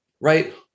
right